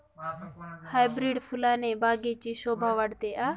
hybrid फुलाने बागेची शोभा वाढते